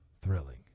Thrilling